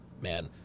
man